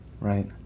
right